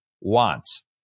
wants